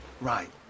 Right